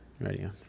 ready